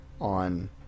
on